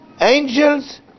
Angels